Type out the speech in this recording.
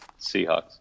Seahawks